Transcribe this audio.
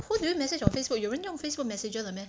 who do you message on Facebook 有人用 Facebook messenger 的 meh